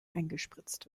eingespritzt